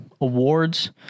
awards